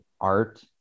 art